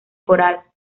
coral